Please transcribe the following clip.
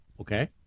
okay